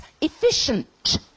efficient